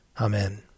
Amen